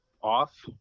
off